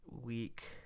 week